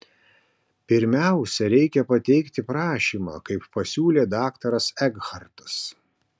pirmiausia reikia pateikti prašymą kaip pasiūlė daktaras ekhartas